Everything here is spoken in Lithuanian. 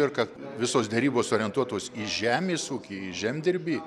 ir kad visos derybos orientuotos į žemės ūkį į žemdirbį